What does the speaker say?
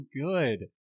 good